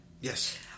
Yes